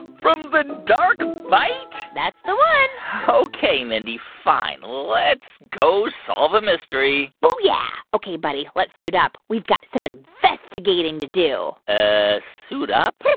from the dark bite? that's the one ok, mindy, fine. let's go solve a mystery boo-yeah. ok, buddy, let's suit up. we've got some investigating to do ah, suit up?